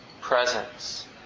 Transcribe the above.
presence